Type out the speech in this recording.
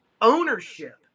ownership